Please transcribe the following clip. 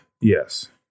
Yes